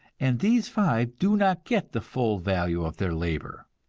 and these five do not get the full value of their labor.